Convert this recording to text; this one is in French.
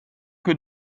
que